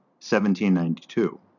1792